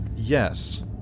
Yes